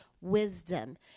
wisdom